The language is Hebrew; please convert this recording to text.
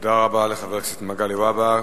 תודה רבה לחבר הכנסת מגלי והבה.